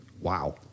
Wow